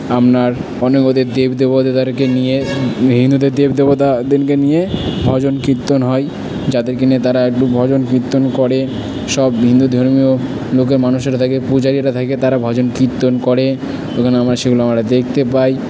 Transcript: আপনার অনেক ওদের দেব দেবতাদেরকে নিয়ে হিন্দুদের দেব দেবতাদেরকে নিয়ে ভজন কীর্তন হয় যাদেরকে নিয়ে তারা একটু ভজন কীর্তন করে সব হিন্দু ধর্মীয় লোকের মানুষেরা থাকে পূজারিরা থাকে তারা ভজন কীর্তন করে এবং আমার সেগুলো আমরা দেখতে পাই